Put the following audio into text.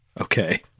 Okay